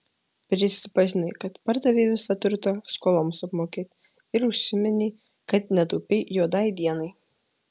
prisipažinai kad pardavei visą turtą skoloms apmokėti ir užsiminei kad netaupei juodai dienai